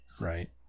Right